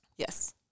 Yes